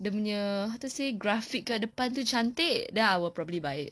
dia punya how to say graphic dekat depan itu cantik then I will probably buy it